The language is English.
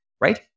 right